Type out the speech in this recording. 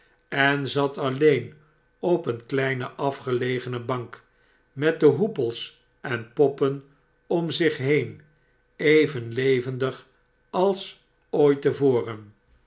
en zat alleen op een kleine afgelegene bank met de hoepels en poppen om zich heen even levendig als ooit